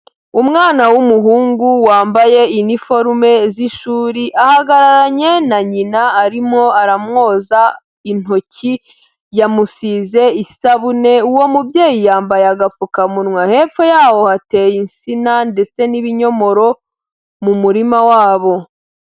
Umwana w'umuhungu wambaye iniforume z'ishuri, ahagararanye na nyina arimo aramwoza intoki, yamusize isabune uwo mubyeyi yambaye agapfukamunwa, hepfo yawo hateye insina ndetse n'ibinyomoro mu murima wabo.